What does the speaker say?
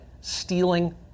stealing